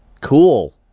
Cool